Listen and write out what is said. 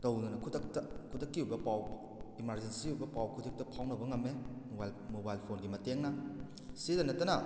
ꯇꯧꯗꯅ ꯈꯨꯗꯛꯇ ꯈꯨꯗꯛꯀꯤ ꯑꯣꯏꯕ ꯄꯥꯎ ꯏꯃꯥꯔꯖꯦꯟꯁꯤ ꯑꯣꯏꯕ ꯄꯥꯎ ꯈꯨꯗꯛꯇ ꯐꯥꯎꯅꯕ ꯉꯝꯃꯦ ꯃꯣꯕꯥꯏꯜ ꯐꯣꯟꯒꯤ ꯃꯇꯦꯡꯅ ꯑꯁꯤꯇ ꯅꯠꯇꯅ